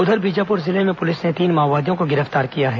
उधर बीजापुर जिले में पुलिस ने तीन माओवादियों को गिरफ्तार किया है